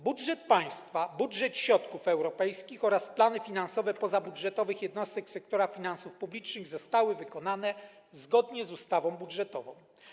Budżet państwa, budżet środków europejskich oraz plany finansowe pozabudżetowych jednostek sektora finansów publicznych zostały wykonane zgodnie z ustawą budżetową.